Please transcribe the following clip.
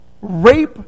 rape